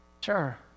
Sure